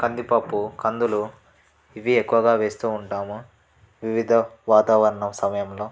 కందిపప్పు కందులు ఇవి ఎక్కువగా వేస్తూ ఉంటాము వివిధ వాతావరణం సమయంలో